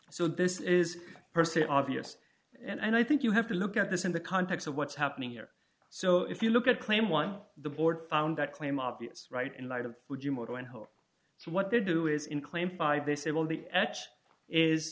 so this is per se obvious and i think you have to look at this in the context of what's happening here so if you look at claim one the board found that claim obvious right in light of would you more going home to what they do is in claim five they say well the